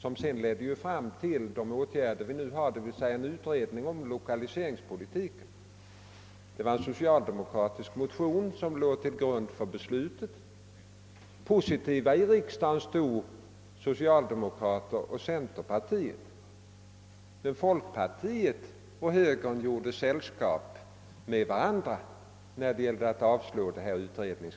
som sedan ledde fram till de åtgärder vi nu har vidtagit på lokaliseringspolitikens område, så var det en socialdemokratisk motion som låg till grund för beslutet. Positiva till den motionen var då socialdemokrater och centerpartister. Folkpartiet och högern gjorde sällskap och yrkade avslag på kravet om utredning.